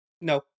No